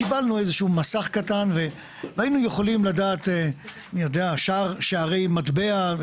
קיבלנו מסך קטן ויכולנו לדעת שערי מטבע,